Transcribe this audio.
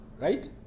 right